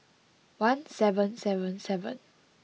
one seven seven seven